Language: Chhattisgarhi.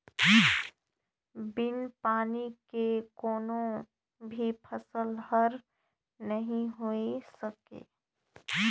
बिन पानी के कोनो भी फसल हर नइ होए सकय